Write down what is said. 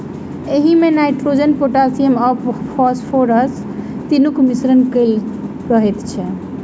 एहिमे nitrogen, potassium आ phosphorus तीनूक मिश्रण कएल रहैत अछि